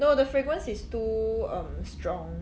no the fragrance is too um strong